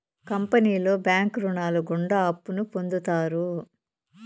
కంపెనీలో బ్యాంకు రుణాలు గుండా అప్పును పొందుతారు